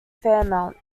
fairmont